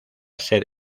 ser